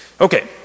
Okay